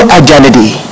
identity